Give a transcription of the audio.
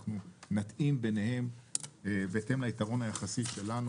אנחנו נתאים ביניהם בהתאם ליתרון היחסי שלנו.